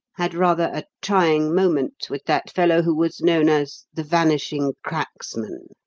had rather a trying moment with that fellow who was known as the vanishing cracksman